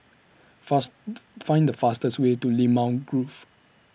fast Find The fastest Way to Limau Grove